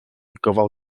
gofal